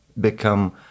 become